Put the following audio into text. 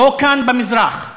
לא כאן במזרח.